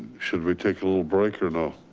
should we take a little break or no?